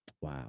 Wow